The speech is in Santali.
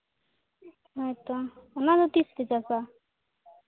ᱦᱳᱭᱛᱚ ᱚᱱᱟᱫᱚ ᱛᱤᱥ ᱯᱮ ᱪᱟᱥᱟ